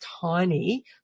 tiny